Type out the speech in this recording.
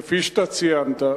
כפי שאתה ציינת,